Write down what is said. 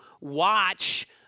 Watch